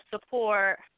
support